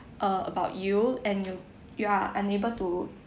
err about you and you you're unable to